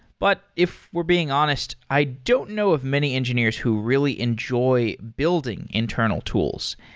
but if we're being honest, i don't know of many engineers who really enjoy building internal tools.